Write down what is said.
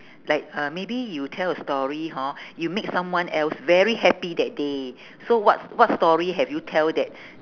like uh maybe you tell a story hor you make someone else very happy that day so what what story have you tell that